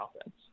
offense